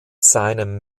seinem